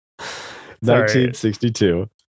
1962